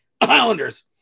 Islanders